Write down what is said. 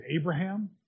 Abraham